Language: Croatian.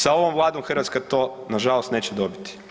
Sa ovom Vladom, Hrvatska to nažalost neće dobiti.